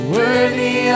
Worthy